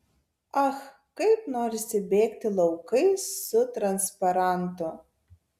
ach kaip norisi bėgti laukais su transparantu